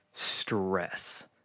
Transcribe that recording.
stress